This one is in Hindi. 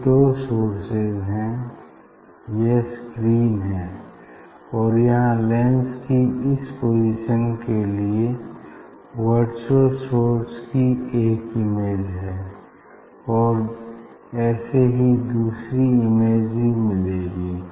ये दो सोर्सेज हैं और यह स्क्रीन हैं और यहाँ लेंस की इस पोजीशन के लिए वर्चुअल सोर्स की एक इमेज है और ऐसे ही दूसरी इमेज भी मिलेगी